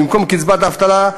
במקום קצבת אבטלה,